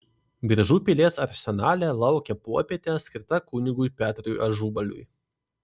biržų pilies arsenale laukė popietė skirta kunigui petrui ažubaliui